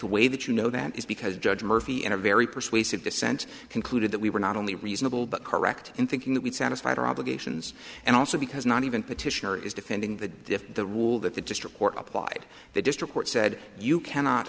the way that you know that is because judge murphy in a very persuasive dissent concluded that we were not only reasonable but correct in thinking that we satisfied our obligations and also because not even petitioner is defending the diff the rule that the just report applied the district court said you cannot